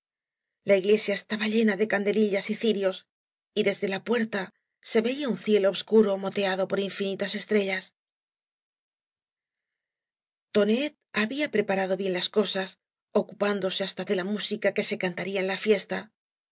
la iglesia estaba llena de candelillas y cirios y desde la puerta se veía como un cielo obscuro moteado por iiafinítas ea trollas tonet había preparado bien las cosas ocupándose hasta de la música que se cantaría en la fiesta